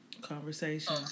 Conversation